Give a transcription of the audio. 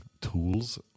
tools